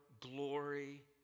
glory